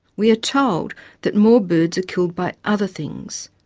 we are told that more birds are killed by other things,